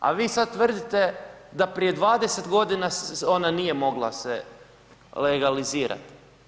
A vi sad tvrdite da prije 20.g. ona nije mogla se legalizirati.